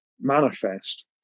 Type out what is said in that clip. manifest